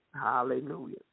hallelujah